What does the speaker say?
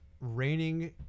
raining